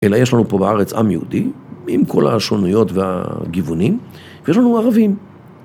אלא יש לנו פה בארץ עם יהודי, עם כל השונויות והגיוונים, ויש לנו ערבים.